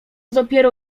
dopiero